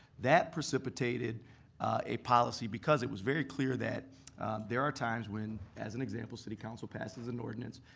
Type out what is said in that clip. that precipitated a policy, because it was very clear that there are times when, as an example, city council passes an ordinance.